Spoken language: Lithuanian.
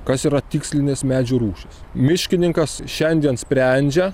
kas yra tikslinės medžių rūšys miškininkas šiandien sprendžia